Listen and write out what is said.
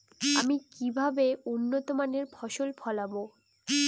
আমি কিভাবে উন্নত মানের ফসল ফলাব?